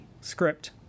script